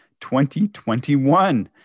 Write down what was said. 2021